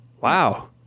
Wow